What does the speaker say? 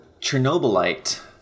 Chernobylite